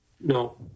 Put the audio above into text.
No